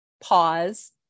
pause